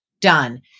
done